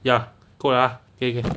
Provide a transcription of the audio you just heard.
ya 过 liao lah K K